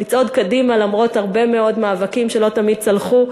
לצעוד קדימה למרות הרבה מאוד מאבקים שלא תמיד צלחו.